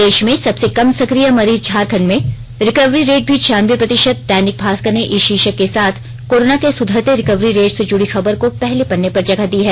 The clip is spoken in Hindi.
देश में सबसे कम सक्रिय मरीज झारखंड में रिकवरी रेट भी छियानबे प्रतिशत दैनिक भास्कर ने इस शीर्षक के साथ कोरोना के सुधरते रिकवरी रेट से जुड़ी खबर को पहले पन्ने पर जगह दी है